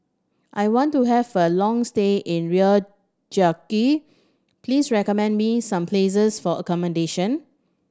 I want to have a long stay in Reykjavik please recommend me some places for accommodation